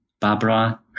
Barbara